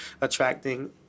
attracting